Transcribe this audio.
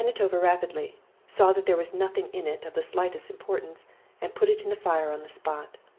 i ran it over rapidly saw that there was nothing in it of the slightest importance and put it in the fire on the spot.